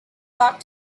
rock